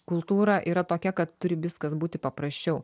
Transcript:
kultūra yra tokia kad turi viskas būti paprasčiau